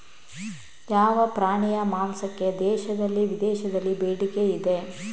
ಯಾವ ಪ್ರಾಣಿಯ ಮಾಂಸಕ್ಕೆ ದೇಶದಲ್ಲಿ ವಿದೇಶದಲ್ಲಿ ಬೇಡಿಕೆ ಇದೆ?